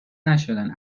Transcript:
نشدن